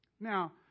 Now